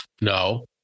No